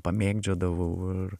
pamėgdžiodavau ir